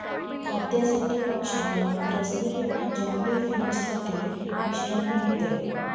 खाद्यासाठी पक्षांना खुरसनी किंवा जंगली फिंच साठी मिश्रण मिळते